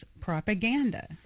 propaganda